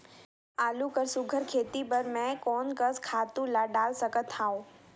आलू कर सुघ्घर खेती बर मैं कोन कस खातु ला डाल सकत हाव?